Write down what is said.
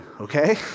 Okay